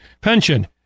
pension